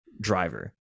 driver